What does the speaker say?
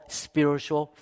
spiritual